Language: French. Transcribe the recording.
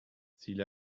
s’il